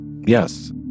yes